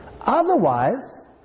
Otherwise